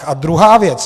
A druhá věc.